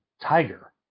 tiger